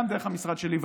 גם דרך המשרד שלי.